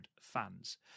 fans